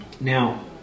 now